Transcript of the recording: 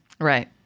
Right